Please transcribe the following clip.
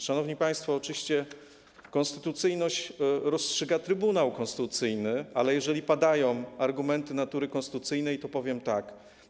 Szanowni państwo, oczywiście o konstytucyjności rozstrzyga Trybunał Konstytucyjny, ale jeżeli padają argumenty natury konstytucyjnej, to powiem tak.